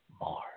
Mars